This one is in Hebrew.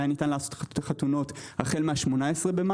היה ניתן לעשות חתונות החל מ-18.5.